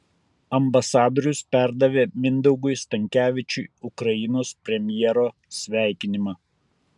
ambasadorius perdavė mindaugui stankevičiui ukrainos premjero sveikinimą